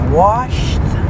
washed